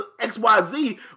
XYZ